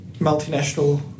multinational